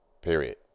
period